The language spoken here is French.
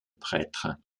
prêtre